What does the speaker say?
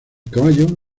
caballo